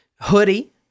hoodie